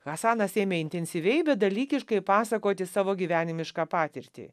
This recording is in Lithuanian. hasanas ėmė intensyviai bet dalykiškai pasakoti savo gyvenimišką patirtį